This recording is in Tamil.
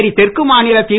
புதுச்சேரி தெற்கு மாநில தி